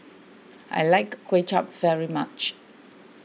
I like Kuay Chap very much